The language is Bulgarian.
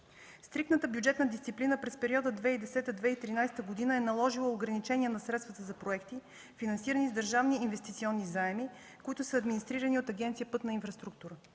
Стриктната бюджетна дисциплина през периода 2010-2013 г. е наложила ограничения на средствата за проекти, финансирани с държавни инвестиционни заеми, които са администрирани от Агенция „Пътна инфраструктура”.